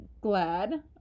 glad